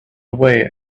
away